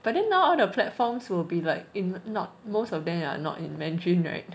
but then now all the platforms will be like in not most of them are not in mandarin [right]